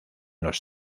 los